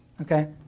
okay